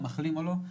מחלים או לא.